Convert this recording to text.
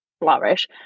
flourish